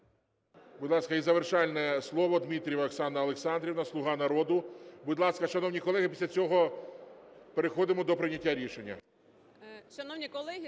Будь ласка, і завершальне слово - Дмитрієва Оксана Олександрівна "Слуга народу". Будь ласка, шановні колеги, після цього переходимо до прийняття рішення